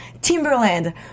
Timberland